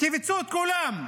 כיווצו את כולם במשולש: